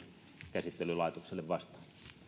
käsittelylaitoksella vastaan